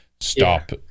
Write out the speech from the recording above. Stop